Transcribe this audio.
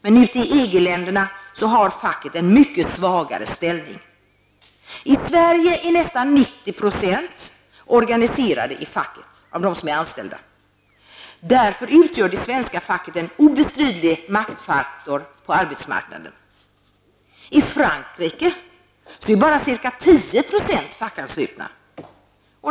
men i EG-länderna har facket en mycket svagare ställning. I Sverige är nästan 90 % av de anställda organiserade i facket; därför utgör det svenska facket en obestridlig maktfaktor på arbetsmarknaden. I Frankrike är bara ca 10 % fackanslutna.